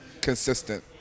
consistent